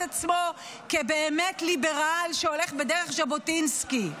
עצמו באמת כליברל שהולך בדרך ז'בוטינסקי.